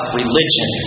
religion